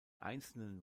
einzelnen